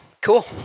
cool